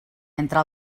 entre